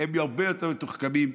הם הרבה יותר מתוחכמים.